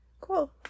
Cool